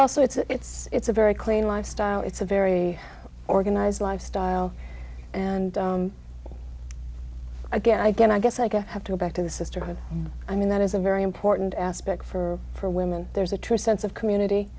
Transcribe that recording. also it's a very clean lifestyle it's a very organized lifestyle and again i guess i guess i have to go back to the sisterhood i mean that is a very important aspect for for women there's a true sense of community